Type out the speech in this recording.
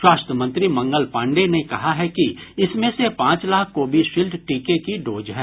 स्वास्थ्य मंत्री मंगल पांडेय ने कहा है कि इसमें से पांच लाख कोविशिल्ड टीके की डोज है